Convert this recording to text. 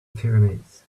pyramids